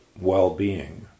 well-being